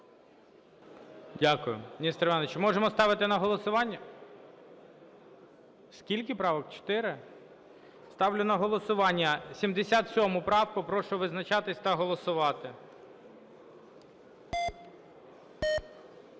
можемо ставити на голосування? Скільки правок – чотири? Ставлю на голосування 77 правку. Прошу визначатись та голосувати.